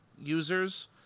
users